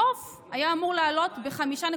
בסוף היה אמור לעלות ב-5.7%,